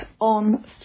on